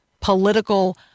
Political